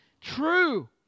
true